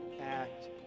act